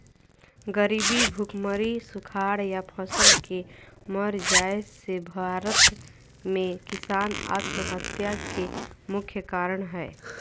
गरीबी, भुखमरी, सुखाड़ या फसल के मर जाय से भारत में किसान आत्महत्या के मुख्य कारण हय